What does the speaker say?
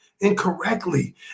incorrectly